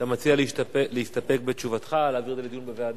אתה מציע להסתפק בתשובתך, להעביר את הדיון לוועדה?